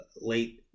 late